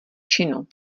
činu